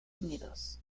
unidos